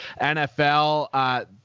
NFL